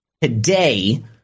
today